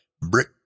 brick